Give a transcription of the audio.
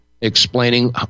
explaining